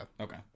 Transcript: Okay